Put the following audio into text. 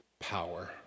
power